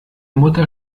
mutter